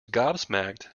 gobsmacked